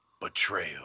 Betrayal